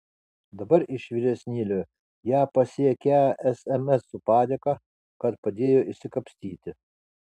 dabar iš vyresnėlio ją pasiekią sms su padėka kad padėjo išsikapstyti